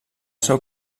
seu